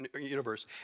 universe